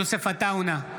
יוסף עטאונה,